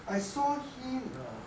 I saw him err